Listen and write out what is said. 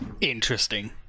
Interesting